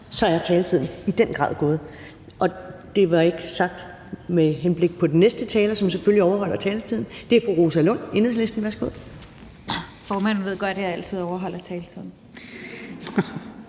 er taletiden i den grad gået. Det var ikke sagt med henblik på den næste taler, som selvfølgelig overholder taletiden. Det er fru Rosa Lund, Enhedslisten. Værsgo. Kl. 13:26 Rosa Lund (EL): Formanden ved godt, at jeg altid overholder taletiden.